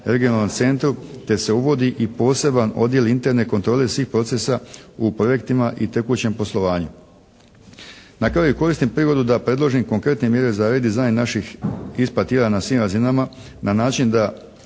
regionalnom centru te se uvodi i poseban odjel interne kontrole svih procesa u projektima i tekućem poslovanju. Na kraju koristim prigodu da predložim konkretne mjere za redizajn naših isplativa na svim razina na način da